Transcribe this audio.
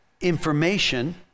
information